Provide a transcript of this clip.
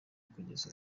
kugeza